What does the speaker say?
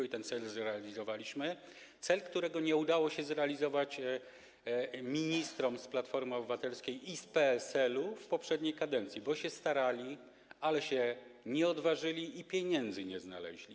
I ten cel zrealizowaliśmy, cel, którego nie udało się zrealizować ministrom z Platformy Obywatelskiej i z PSL-u w poprzedniej kadencji, bo się starali, ale się nie odważyli i pieniędzy nie znaleźli.